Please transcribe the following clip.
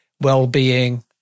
well-being